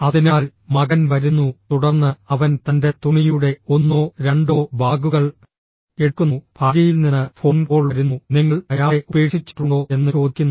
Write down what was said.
അതിനാൽ മകൻ വരുന്നു തുടർന്ന് അവൻ തന്റെ തുണിയുടെ ഒന്നോ രണ്ടോ ബാഗുകൾ എടുക്കുന്നു ഭാര്യയിൽ നിന്ന് ഫോൺ കോൾ വരുന്നു നിങ്ങൾ അയാളെ ഉപേക്ഷിച്ചിട്ടുണ്ടോ എന്ന് ചോദിക്കുന്നു